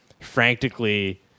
frantically